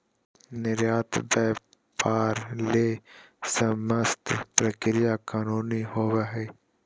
निर्यात व्यापार ले समस्त प्रक्रिया कानूनी होबो हइ